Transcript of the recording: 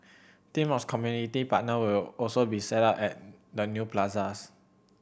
team of community partner will also be set up at the new plazas